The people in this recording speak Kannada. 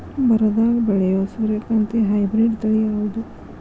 ಬರದಾಗ ಬೆಳೆಯೋ ಸೂರ್ಯಕಾಂತಿ ಹೈಬ್ರಿಡ್ ತಳಿ ಯಾವುದು?